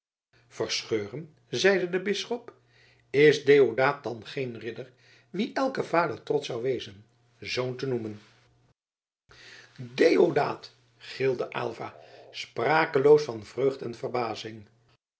verscheuren zeide de bisschop is deodaat dan geen ridder wien elke vader trotsch zou wezen zoon te noemen deodaat gilde aylva sprakeloos van vreugd en verbazing